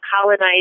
colonized